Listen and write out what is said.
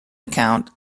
account